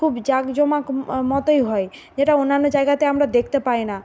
খুব জাকজমাক মতই হয় যেটা অন্যান্য জায়গাতে আমরা দেখতে পাই না